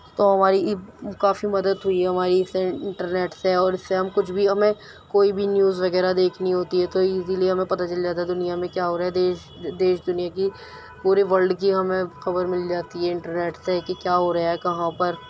تو ہماری کافی مدد ہوئی ہے ہماری اس انٹرنیٹ سے اور اس سے ہم کچھ بھی اور ہمیں کوئی بھی نیوز وغیرہ دیکھنی ہوتی ہے تو ایزیلی ہمیں پتہ چل جاتا دنیا میں کیا ہو رہا ہے دیش دیش دنیا کی پورے ورلڈ کی ہمیں خبر مل جاتی ہے انٹرنیٹ سے کہ کیا ہو رہا ہے کہاں پر